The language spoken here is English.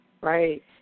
Right